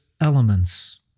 elements